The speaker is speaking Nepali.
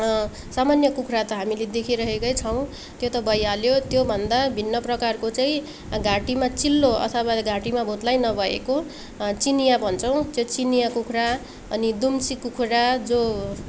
सामान्य कुखरा त हामीले देखिरहेकै छौँ त्यो त भइहाल्यो त्योभन्दा भिन्न प्रकारको चैँ घाँटीमा चिल्लो अथवा घाँटीमा भुत्लाइ नभएको चिनियाँ भन्छौँ त्यो चिनियाँ कुखुरा अनि दुम्सी कुखुरा जो